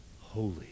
Holy